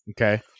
Okay